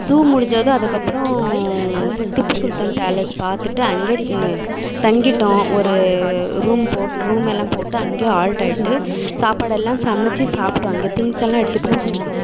zoo முடிஞ்சதும் அதுக்கப்ற Tipu Sultan palace பார்த்துட்டு அங்கே தங்கிட்டோம் ஒரு ரூம் போட் ரூமெலாம் போட்டு அங்கே ஆல்ட் ஆகிட்டு சாப்பாடெல்லாம் சமைச்சி சாப்பிடோம் அங்கே திங்ஸ்செல்லாம் எடுத்துட்டு போனோம்